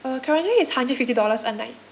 uh currently is hundred fifty dollars a night